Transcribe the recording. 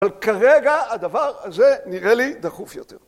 אבל כרגע הדבר הזה נראה לי דחוף יותר.